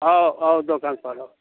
आउ आउ दोकानपर आउ